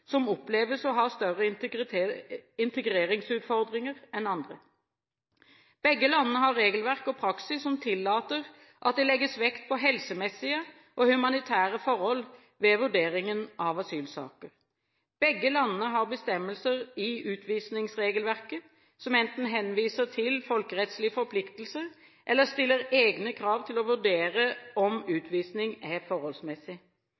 som oppleves å ha større integreringsutfordringer enn andre. Begge landene har regelverk og praksis som tillater at det legges vekt på helsemessige og humanitære forhold ved vurderingen av asylsaker. Begge landene har bestemmelser i utvisningsregelverket som enten henviser til folkerettslige forpliktelser, eller stiller egne krav til å vurdere om utvisning er forholdsmessig.